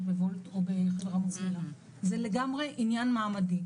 בוולט או בחברה --- זה לגמרי עניין מעמדי.